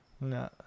No